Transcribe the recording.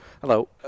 Hello